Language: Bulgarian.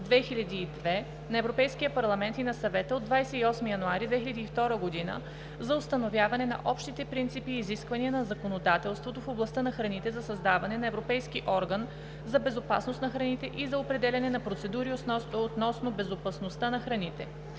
178/2002 на Европейския Парламент и на Съвета от 28 януари 2002 г. за установяване на общите принципи и изисквания на законодателството в областта на храните, за създаване на Европейски орган за безопасност на храните и за определяне на процедури относно безопасността на храните“,